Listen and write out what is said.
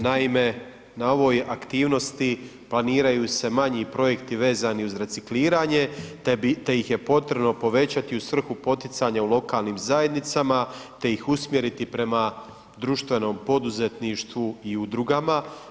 Naime, na ovoj aktivnosti planiraju se manji projekti vezani uz recikliranje te ih je potrebno povećati u svrhu poticanja u lokalnim zajednicama te ih usmjeriti prema društvenom poduzetništvu i udrugama.